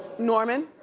norman?